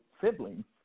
siblings